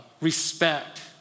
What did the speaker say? respect